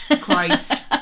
Christ